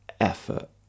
effort